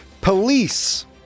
Police